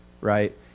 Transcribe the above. right